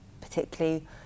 particularly